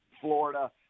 Florida